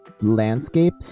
landscape